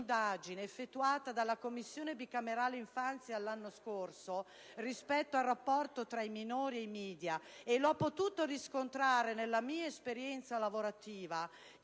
Grazie